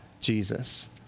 Jesus